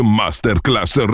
masterclass